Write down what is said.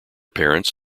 parents